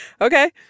Okay